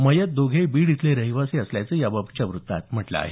मयत दोघे बीड इथले रहिवासी असल्याचं याबाबतच्या वृत्तात म्हटलं आहे